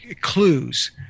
clues